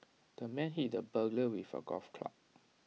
the man hit the burglar with A golf club